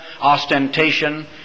ostentation